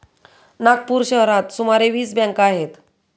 नागपूर शहरात सुमारे वीस बँका आहेत